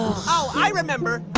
oh, i remember.